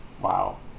Wow